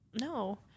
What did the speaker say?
No